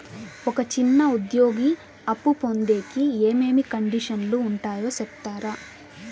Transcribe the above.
ఒక చిన్న ఉద్యోగి అప్పు పొందేకి ఏమేమి కండిషన్లు ఉంటాయో సెప్తారా?